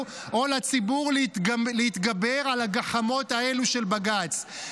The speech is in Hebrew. או לציבור להתגבר על הגחמות האלו של בג"ץ.